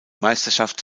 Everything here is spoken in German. meisterschaft